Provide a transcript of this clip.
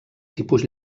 tipus